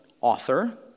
author